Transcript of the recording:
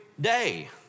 day